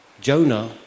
Jonah